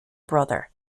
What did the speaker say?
brother